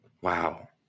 wow